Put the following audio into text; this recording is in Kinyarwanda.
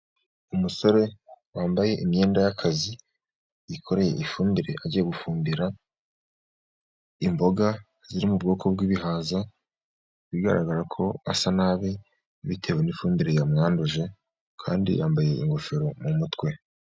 Umusore wambaye imyenda y'akazi yikoreye ifumbire, agiye gufumbira imboga ziri mu bwoko bw'ibihaza, bigaragara ko asa nabi bitewe n'ifumbire yamwanduje, kandi yambaye ingofero mu mutwe.